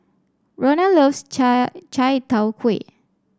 Rhona loves chai Chai Tow Kuay